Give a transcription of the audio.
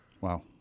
Wow